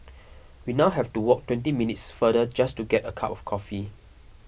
we now have to walk twenty minutes farther just to get a cup of coffee